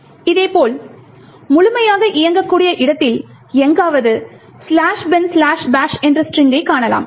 இதேபோல் முழுமையாக இயங்கக்கூடிய இடத்தில் எங்காவது "binbash" என்ற ஸ்ட்ரிங்கை காணலாம்